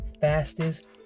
fastest